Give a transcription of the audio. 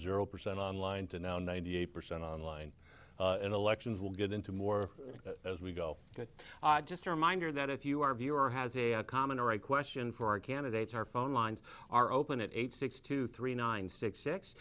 zero percent online to now ninety eight percent online and elections will get into more as we go just a reminder that if you are a viewer has a common or a question for our candidates our phone lines are open at eight six to three nine six six